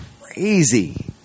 crazy